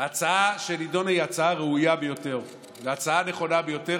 ההצעה שנדונה היא הצעה ראויה ביותר והצעה נכונה ביותר,